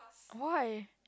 why